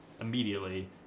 immediately